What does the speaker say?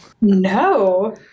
No